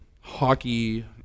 hockey